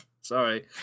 Sorry